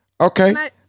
Okay